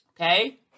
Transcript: Okay